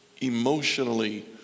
emotionally